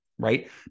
Right